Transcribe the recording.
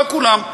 לא כולם,